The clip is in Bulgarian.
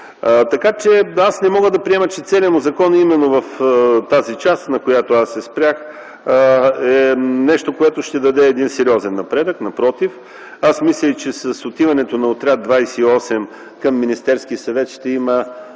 мен. Аз не мога да приема, че целият закон именно в тази част, на която аз се спрях, е нещо, което ще даде сериозен напредък. Напротив, аз мисля, че с отиването на Отряд 28 към Министерския съвет ще се